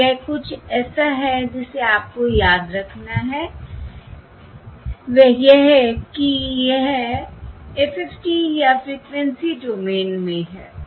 तो यह कुछ ऐसा है जिसे आपको याद रखना है वह यह कि यह FFT या फ़्रीक्वेंसी डोमेन में है